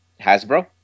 Hasbro